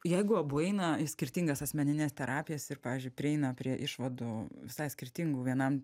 jeigu abu eina į skirtingas asmenines terapijas ir pavyzdžiui prieina prie išvadų visai skirtingų vienam